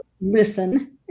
listen